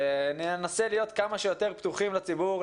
ננסה להיות כמה שיותר פתוחים לציבור,